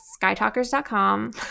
skytalkers.com